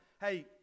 hey